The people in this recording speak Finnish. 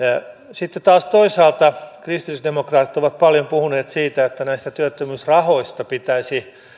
sitten taas toisaalta kristillisdemokraatit ovat paljon puhuneet siitä että näistä työttömyysrahoista pitäisi